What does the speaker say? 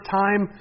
time